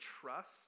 trust